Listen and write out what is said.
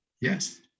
Yes